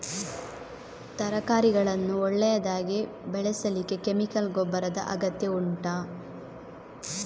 ತರಕಾರಿಗಳನ್ನು ಒಳ್ಳೆಯದಾಗಿ ಬೆಳೆಸಲಿಕ್ಕೆ ಕೆಮಿಕಲ್ ಗೊಬ್ಬರದ ಅಗತ್ಯ ಉಂಟಾ